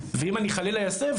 ואם אני חלילה אסב,